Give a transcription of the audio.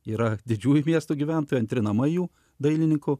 yra didžiųjų miestų gyventojai antri namai jų dailininkų